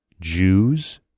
Jews